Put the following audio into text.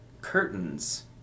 curtains